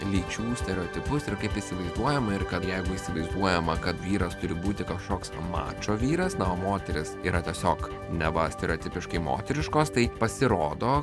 lyčių stereotipus ir kaip įsivaizduojama ir kad jeigu įsivaizduojama kad vyras turi būti kažkoks mačo vyras na o moteris yra tiesiog neva stereotipiškai moteriškos tai pasirodo